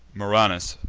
murranus,